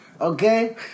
Okay